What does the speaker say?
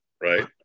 right